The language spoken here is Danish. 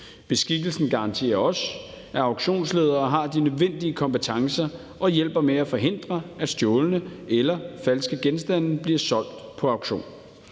Beskikkelsen garanterer også, at auktionsledere har de nødvendige kompetencer og hjælper med at forhindre, at stjålne eller falske genstande bliver solgt på auktion.